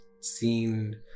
seen